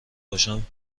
باشم